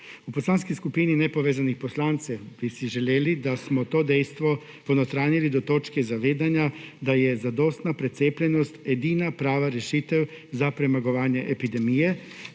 V Poslanski skupini nepovezanih poslancev bi si želeli, da smo to dejstvo ponotranjili do točke zavedanja, da je zadostna precepljenost edina prava rešitev za premagovanje epidemije,